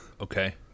Okay